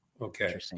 Okay